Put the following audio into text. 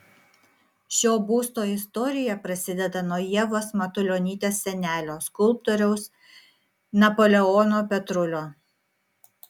šio būsto istorija prasideda nuo ievos matulionytės senelio skulptoriaus napoleono petrulio